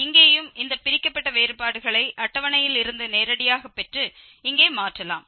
இங்கேயும் இந்த பிரிக்கப்பட்ட வேறுபாடுகளை அட்டவணையில் இருந்து நேரடியாகப் பெற்று இங்கே மாற்றலாம்